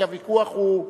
כי הוויכוח הוא,